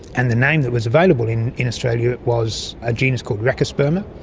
and the name that was available in in australia was a genus called racosperma,